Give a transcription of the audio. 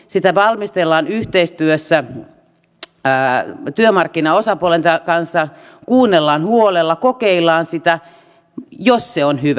sitä valmistellaan yhteistyössä työmarkkinaosapuolten kanssa kuunnellaan huolella kokeillaan sitä jos se on hyvä